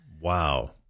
Wow